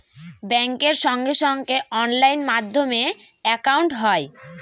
ব্যাঙ্কের সঙ্গে সঙ্গে অনলাইন মাধ্যমে একাউন্ট হয়